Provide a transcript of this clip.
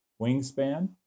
wingspan